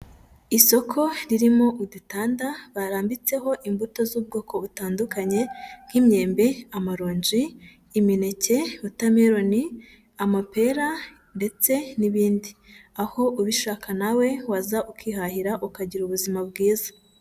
Isoko ririmo udutanda barambitseho imbuto z'ubwoko butandukanye nk'imyembe, amaronji, imineke, wotameloni, amapera ndetse n'ibindi, aho ubishaka nawe waza ukihahira ukagira ubuzima bwiza.